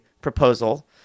proposal